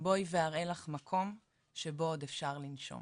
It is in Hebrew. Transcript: בואי ואראה לך מקום שבו עוד אפשר לנשום.